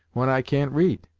when i can't read.